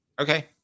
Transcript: Okay